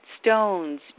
stones